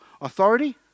Authority